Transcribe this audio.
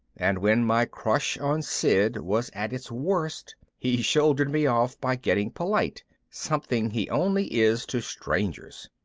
and when my crush on sid was at its worst he shouldered me off by getting polite something he only is to strangers.